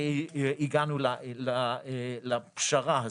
הגענו לפשרה הזאת.